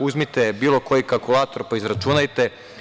Uzmite bilo koji kalkulator pa izračunajte.